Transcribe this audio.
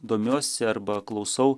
domiuosi arba klausau